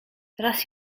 raz